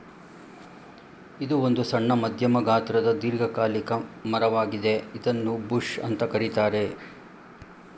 ಇದು ಒಂದು ಸಣ್ಣ ಮಧ್ಯಮ ಗಾತ್ರದ ದೀರ್ಘಕಾಲಿಕ ಮರ ವಾಗಿದೆ ಇದನ್ನೂ ಬುಷ್ ಅಂತ ಕರೀತಾರೆ